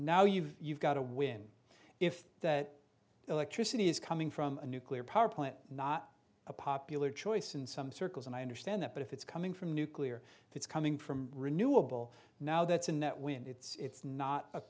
now you've got to win if that electricity is coming from a nuclear power plant not a popular choice in some circles and i understand that but if it's coming from nuclear if it's coming from renewable now that's in that wind it's not a